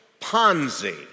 Ponzi